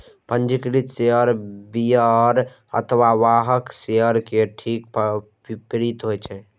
पंजीकृत share bearer अथवा वाहक शेयर के ठीक विपरीत होइ छै